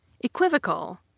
equivocal